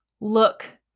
look